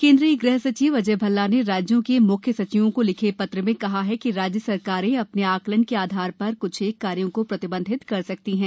केनुद्रीय गृह सचिव अजय भल्ला ने राज्यों के म्ख्य सचिवों को लिखे पत्र में कहा है कि राज्य सरकारें अपने आकलन के आधार पर क्छेक कार्यों को प्रतिबंधित कर सकती हैं